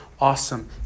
awesome